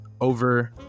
over